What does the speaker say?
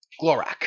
Glorak